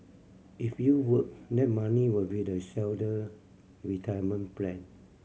if you would that money will be the seller retirement plan